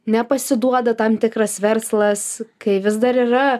nepasiduoda tam tikras verslas kai vis dar yra